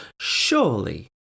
Surely